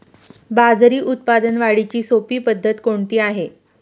बाजरी उत्पादन वाढीची सोपी पद्धत कोणती आहे?